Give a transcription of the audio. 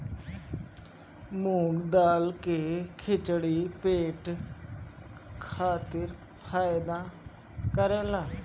मूंग दाल के खिचड़ी पेट खातिर फायदा करेला